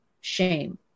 shame